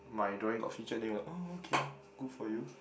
my drawing got featured there what okay good for you